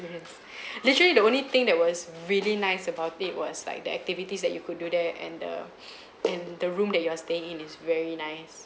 literally the only thing that was really nice about it was like the activities that you could do there and the in the room that you are staying in is very nice